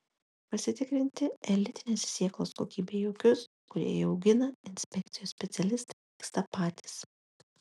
pasitikrinti elitinės sėklos kokybę į ūkius kurie ją augina inspekcijos specialistai vyksta patys